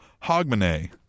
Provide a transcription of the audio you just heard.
Hogmanay